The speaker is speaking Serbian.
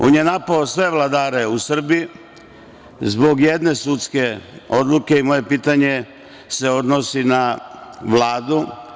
On je napao sve vladare u Srbiji zbog jedne sudske odluke i moje pitanje se odnosi na Vladu.